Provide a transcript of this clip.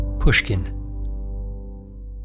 Pushkin